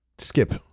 Skip